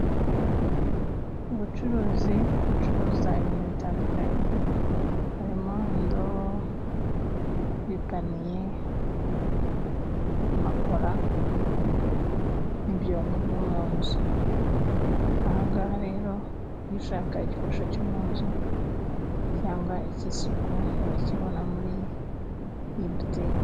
Ubucuruzi bucuruza ibintu bitandukanye harimo indobo, ipaniye, amakora n'ibyombo byo mu nzu ahangaha rero iyo ushaka igikoresho cyo mu nzu cyangwa icy'isuku urakibona muri iyi botike.